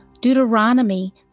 Deuteronomy